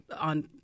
on –